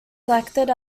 selected